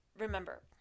Remember